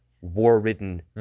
war-ridden